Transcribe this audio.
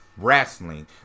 wrestling